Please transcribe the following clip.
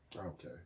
Okay